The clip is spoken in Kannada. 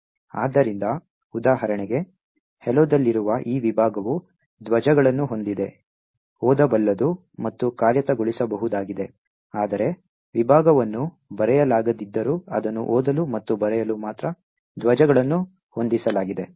ಆದ್ದರಿಂದ ಉದಾಹರಣೆಗೆ hello ದಲ್ಲಿರುವ ಈ ವಿಭಾಗವು ಧ್ವಜಗಳನ್ನು ಹೊಂದಿದೆ ಓದಬಲ್ಲದು ಮತ್ತು ಕಾರ್ಯಗತಗೊಳಿಸಬಹುದಾಗಿದೆ ಆದರೆ ವಿಭಾಗವನ್ನು ಬರೆಯಲಾಗದಿದ್ದರೂ ಅದನ್ನು ಓದಲು ಮತ್ತು ಬರೆಯಲು ಮಾತ್ರ ಧ್ವಜಗಳನ್ನು ಹೊಂದಿಸಲಾಗಿದೆ